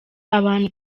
abantu